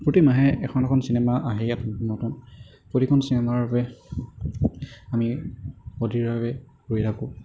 প্ৰতি মাহে এখন এখন চিনেমা আহে ইয়াত নতুন প্ৰতিখন চিনেমাৰ বাবে আমি অধীৰভাৱে ৰৈ থাকো